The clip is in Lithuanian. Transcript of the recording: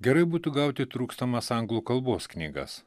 gerai būtų gauti trūkstamas anglų kalbos knygas